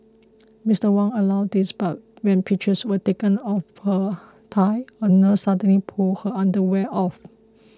Mister Huang allowed this but when pictures were taken of her thigh a nurse suddenly pulled her underwear off